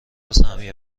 سهمیه